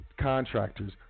contractors